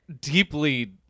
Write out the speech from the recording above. deeply